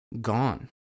gone